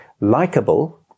Likeable